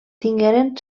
tingueren